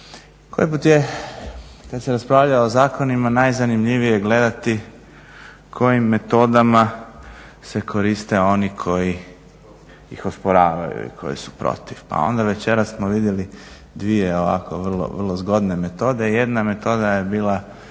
Koji put je kad se raspravlja o zakonima najzanimljivije gledati kojim metodama se koriste oni koji ih osporavaju i koji su protiv, pa onda večeras smo vidjeli dvije ovako vrlo zgodne metode. Jedna metoda je bila